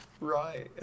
right